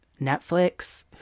Netflix